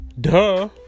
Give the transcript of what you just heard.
Duh